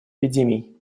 эпидемии